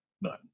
None